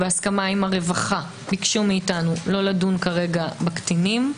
הרווחה, ביקשו מאתנו לא לדון כרגע בקטינים.